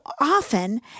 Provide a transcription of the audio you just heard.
often